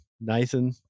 Nathan